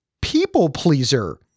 people-pleaser